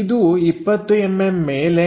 ಇದು 20mm ಮೇಲೆ